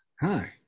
hi